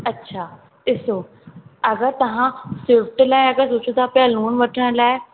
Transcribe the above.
अच्छा ॾिसो अगरि तव्हां स्विफ्ट लाइ अगरि सोचो था पिया लोन वठण लाइ